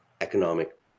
economic